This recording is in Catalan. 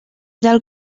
del